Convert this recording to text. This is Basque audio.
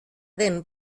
den